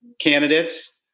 candidates